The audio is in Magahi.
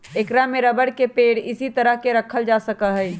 ऐकरा में रबर के पेड़ इसी तरह के रखल जा सका हई